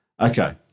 Okay